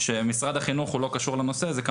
שמשרד החינוך הוא לא קשור לנושא הזה,